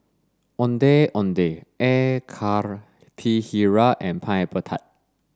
Ondeh Ondeh Air Karthira and pineapple tart